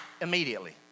immediately